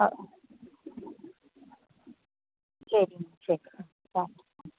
ആ ശരി ശരി പാ